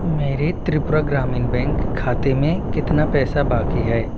मेरे त्रिपुरा ग्रामीण बैंक खाते में कितना पैसा बाकी है